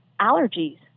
allergies